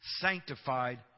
sanctified